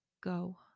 Go